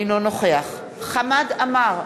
אינו נוכח חמד עמאר,